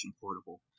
Portable